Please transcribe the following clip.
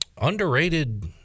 underrated